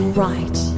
right